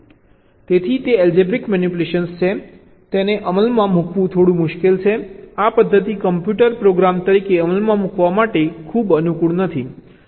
તેથી તે algebraic manipulation છે તેને અમલમાં મૂકવું થોડું મુશ્કેલ છે આ પદ્ધતિ કમ્પ્યુટર પ્રોગ્રામ તરીકે અમલમાં મૂકવા માટે ખૂબ અનુકૂળ નથી